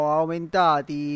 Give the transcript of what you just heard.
aumentati